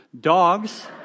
Dogs